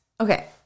Okay